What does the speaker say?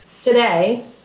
Today